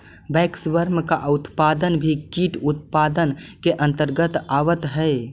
waxworm का उत्पादन भी कीट उत्पादन के अंतर्गत आवत है